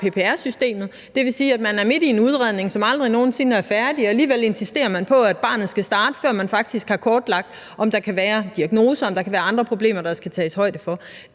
PPR-systemet, og det vil sige, at man midt i en udredning, som aldrig nogen sinde bliver færdig, alligevel insisterer på, at barnet skal starte, før man faktisk har kortlagt, om der kan være diagnoser, eller om der kan være andre problemer, der skal tages højde for.